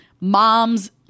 mom's